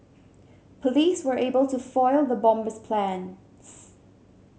police were able to foil the bomber's plans